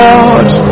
Lord